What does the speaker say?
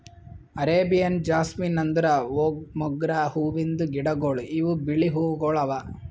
Arabian jasmine ಅಂದುರ್ ಮೊಗ್ರಾ ಹೂವಿಂದ್ ಗಿಡಗೊಳ್ ಇವು ಬಿಳಿ ಹೂವುಗೊಳ್ ಅವಾ